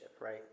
right